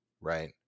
Right